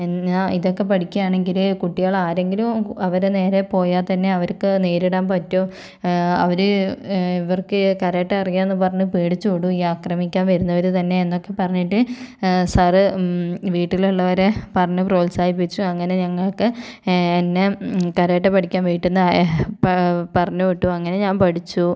എന്നാൽ ഇതൊക്കെ പഠിക്കുകയാണെങ്കിൽ കുട്ടികൾ ആരെങ്കിലും കു അവരെ നേരെ പോയാൽ തന്നെ അവർക്ക് നേരിടാൻ പറ്റും അവർ ഇവർക്കു കരാട്ടെ അറിയാമെന്നു പറഞ്ഞു പേടിച്ചു ഓടും ഈ ആക്രമിക്കാൻ വരുന്നവർത്തന്നെ എന്നൊക്കെ പറഞ്ഞിട്ട് സാർ വീട്ടിലുള്ളവരെ പറഞ്ഞു പ്രോത്സാഹിപ്പിച്ചു അങ്ങനെ ഞങ്ങൾക്കു എന്നെ കരാട്ടെ പഠിക്കാൻ വീട്ടിൽ നിന്ന് പറഞ്ഞു വിട്ടു അങ്ങനെ ഞാൻ പഠിച്ചു